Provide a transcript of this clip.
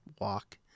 walk